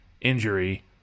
injury